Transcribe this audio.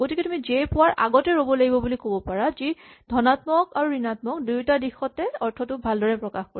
গতিকে তুমি জে পোৱাৰ আগতে ৰ'ব লাগিব বুলি ক'ব পাৰা যি ধণাত্মক আৰু ঋণাত্মক দুয়োটা দিশতে অৰ্থটো ভালদৰে প্ৰকাশ কৰিব